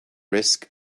risk